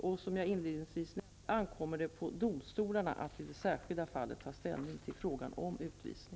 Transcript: och som jag inledningsvis nämnde ankommer det på domstolarna att i det särskilda fallet ta ställning till frågan om utvisning.